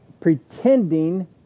pretending